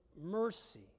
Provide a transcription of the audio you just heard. mercy